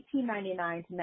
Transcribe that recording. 1899